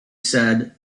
said